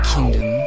Kingdom